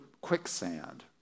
quicksand